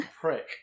prick